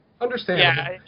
Understand